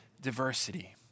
diversity